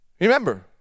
Remember